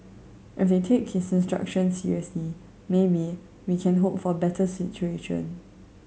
if they take his instructions seriously maybe we can hope for better situation